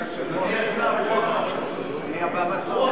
אני מבקש